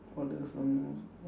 what is the most